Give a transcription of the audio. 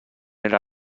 era